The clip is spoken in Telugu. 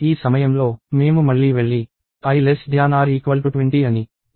ఈ సమయంలో మేము మళ్లీ వెళ్లి i 20 అని తనిఖీ చేయండి అది నిజం